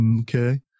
okay